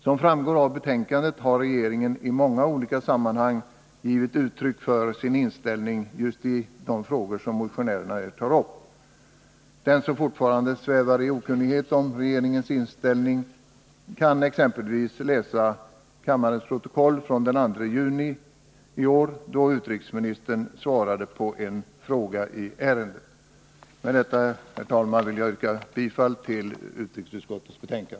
Som framgår av betänkandet har regeringen i många olika sammanhang givit uttryck för sin inställning i just de frågor motionärerna tar upp. Den som fortfarande svävar i okunnighet om regeringens inställning kan exempelvis läsa kammarens protokoll från den 2 juni i år, då utrikesministern svarade på en fråga i ärendet. Med detta vill jag, herr talman, yrka bifall till utrikesutskottets hemställan.